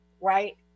right